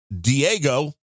Diego